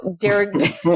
Derek